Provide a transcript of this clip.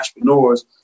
entrepreneurs